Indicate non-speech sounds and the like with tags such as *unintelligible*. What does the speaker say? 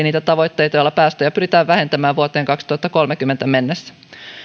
*unintelligible* niitä tavoitteita joilla päästöjä pyritään vähentämään vuoteen kaksituhattakolmekymmentä mennessä